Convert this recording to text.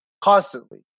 constantly